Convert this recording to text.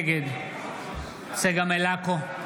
נגד צגה מלקו,